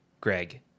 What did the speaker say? Greg